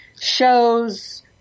shows